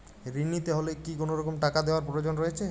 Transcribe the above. ঋণ নিতে হলে কি কোনরকম টাকা দেওয়ার প্রয়োজন রয়েছে?